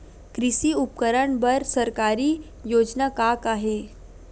कृषि उपकरण बर सरकारी योजना का का हे?